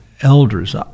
elders